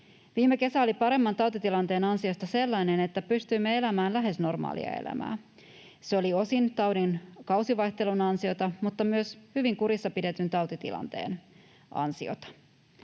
Viime kesä oli paremman tautitilanteen ansiosta sellainen, että pystyimme elämään lähes normaalia elämää. Se oli osin taudin kausivaihtelun ansiota, mutta myös hyvin kurissa pidetyn tautitilanteen ansiota.